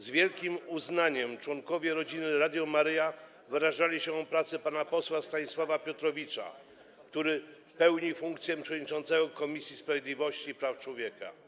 Z wielkim uznaniem członkowie Rodziny Radia Maryja wyrażali się o pracy pana posła Stanisława Piotrowicza, który pełni funkcję przewodniczącego Komisji Sprawiedliwości i Praw Człowieka.